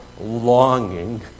longing